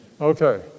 Okay